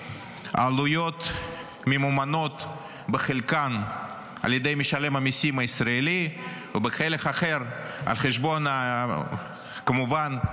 העלויות ממומנות בחלקן על ידי משלם המיסים הישראלי ובחלק אחר כמובן על